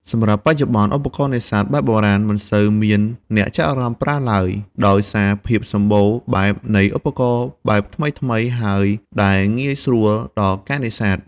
សម្រាប់បច្ចុប្បន្នឧបករណ៍នេសាទបែបបុរាណ មិនសូវមានអ្នកចាប់អារម្មណ៍ប្រើឡើយ ដោយសារភាពសម្បូរបែបនៃឧបករណ៍បែបថ្មីៗ ហើយដែលងាយស្រួលដល់ការនេសាទ។